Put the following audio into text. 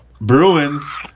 Bruins